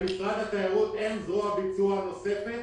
למשרד התיירות אין זרוע ביצוע נוספת